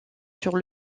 sur